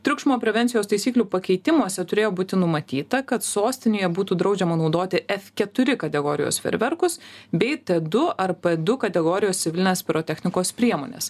triukšmo prevencijos taisyklių pakeitimuose turėjo būti numatyta kad sostinėje būtų draudžiama naudoti ef keturi kategorijos fejerverkus bei du ar p du kategorijos civilines pirotechnikos priemones